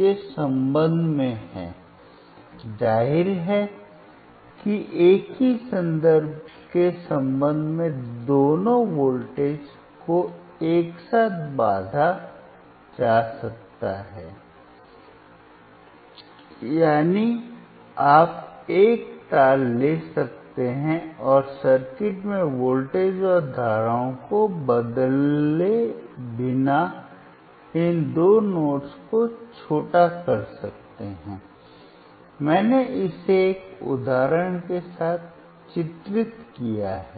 के संबंध में है जाहिर है एक ही संदर्भ के संबंध में दोनों वोल्टेज को एक साथ बांधा जा सकता है यानी आप एक तार ले सकते हैं और सर्किट में वोल्टेज और धाराओं को बदले बिना इन दो नोड्स को छोटा कर सकते हैं मैंने इसे एक उदाहरण के साथ चित्रित किया है